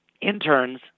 interns